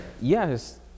Yes